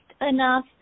enough